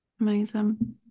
Amazing